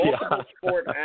multiple-sport